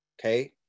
okay